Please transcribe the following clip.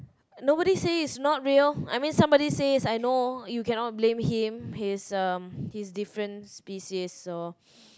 nobody say it's not real I mean somebody says I know you cannot blame him he's um he's different species so